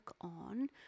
on